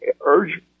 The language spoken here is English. urge